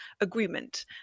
agreement